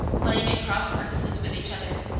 playing at cross-purposes with each other.